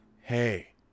hey